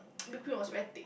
whipped cream was very thick